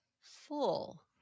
full